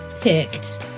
picked